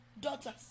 daughters